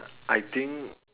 I think